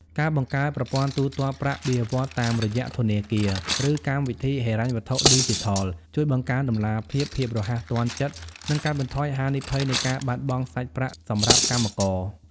ការបង្កើតប្រព័ន្ធទូទាត់ប្រាក់បៀវត្សតាមរយៈធនាគារ ឬកម្មវិធីហិរញ្ញវត្ថុឌីជីថល ជួយបង្កើនតម្លាភាព ភាពរហ័សទាន់ចិត្ត និងកាត់បន្ថយហានិភ័យនៃការបាត់បង់សាច់ប្រាក់សម្រាប់កម្មករ។